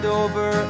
over